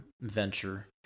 venture